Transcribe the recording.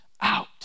out